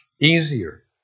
easier